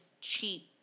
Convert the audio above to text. cheat